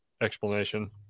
explanation